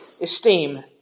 esteem